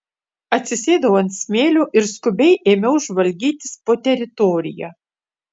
atsisėdau ant smėlio ir skubiai ėmiau žvalgytis po teritoriją